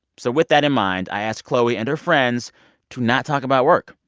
so with that in mind, i asked chloe and her friends to not talk about work.